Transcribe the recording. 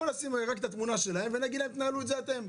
בואו נשים רק את התמונה שלהם ונגיד להם: תנהלו את זה אתם.